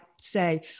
say